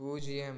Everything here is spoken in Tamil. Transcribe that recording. பூஜ்ஜியம்